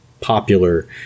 popular